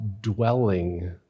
dwelling